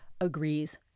agrees